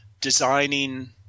designing